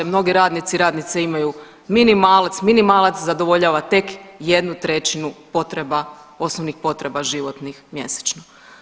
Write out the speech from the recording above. Mnogi radnici i radnice imaju minimalac, minimalac zadovoljava tek 1/3 potreba osnovnih potreba životnih mjesečno.